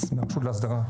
בריס מהרשות לאסדרה.